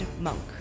monk